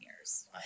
years